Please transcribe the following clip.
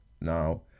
Now